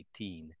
2018